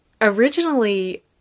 originally